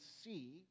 see